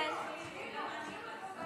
אבל התחילו, התחילו.